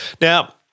Now